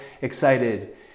excited